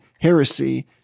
heresy